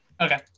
Okay